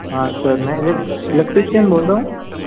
हाँ सर मैं इलेक इलेक्ट्रीशियन बोल रहा हूँ